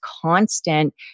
constant